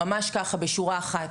ממש ככה בשורה אחת.